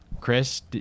chris